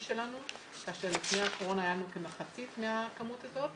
שלנו כך שלפני הקורונה הייתה כמחצית מהכמות הזאת.